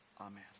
Amen